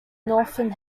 northern